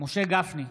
משה גפני,